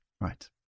Right